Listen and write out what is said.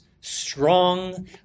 strong